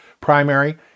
primary